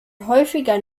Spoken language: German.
häufiger